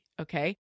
okay